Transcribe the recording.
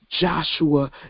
Joshua